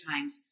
times